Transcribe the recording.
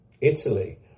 Italy